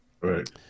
Right